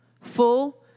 Full